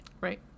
Right